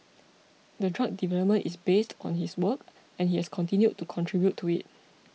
the drug development is based on his work and he has continued to contribute to it